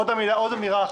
עוד אמירה אחת,